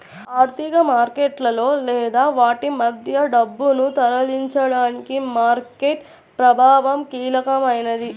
ఆర్థిక మార్కెట్లలో లేదా వాటి మధ్య డబ్బును తరలించడానికి మార్కెట్ ప్రభావం కీలకమైనది